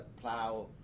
plow